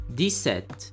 dix-sept